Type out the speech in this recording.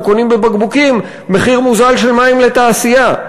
קונים בבקבוקים מחיר מוזל של מים לתעשייה?